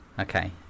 Okay